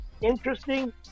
interesting